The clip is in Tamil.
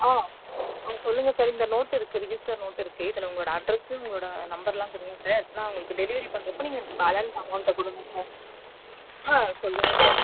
ஆ ஆ சொல்லுங்க சார் இந்த நோட்டு இருக்குது ரிஜிஸ்ட்டர் நோட்டு இருக்குது இதில் உங்களோடய அட்ரெஸ்ஸும் உங்களோடய நம்பரெலாம் கொடுங்க சார் நான் உங்களுக்கு டெலிவரி பண்ணுறப்போ நீங்கள் எனக்கு பேலன்ஸ் அமௌண்ட்டை கொடுங்க சார் ஆ சொல்லுங்க சார்